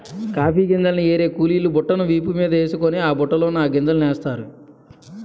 coffee గింజల్ని ఏరే కూలీలు బుట్టను వీపు మీదేసుకొని ఆ బుట్టలోన ఆ గింజలనేస్తారు